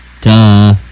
Duh